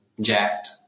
jacked